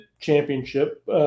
championship